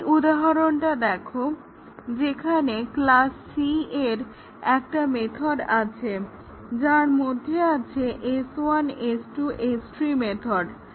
এই উদাহরণটা দেখ যেখানে ক্লাস c এর একটা মেথড আছে যার মধ্যে আছে S1 S2 S3 মেথড